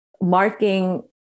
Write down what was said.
marking